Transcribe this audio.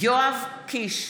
יואב קיש,